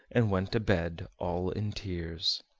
and went to bed all in tears.